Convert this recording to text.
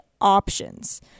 options